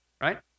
right